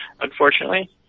Unfortunately